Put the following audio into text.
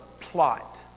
plot